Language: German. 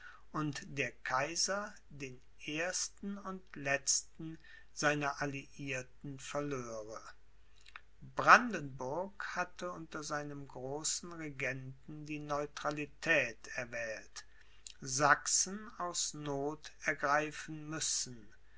und der kaiser den ersten und letzten seiner alliierten verlöre brandenburg hatte unter seinem großen regenten die neutralität erwählt sachsen aus noth ergreifen müssen